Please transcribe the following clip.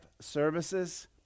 services